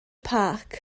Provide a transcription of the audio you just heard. park